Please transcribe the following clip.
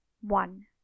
one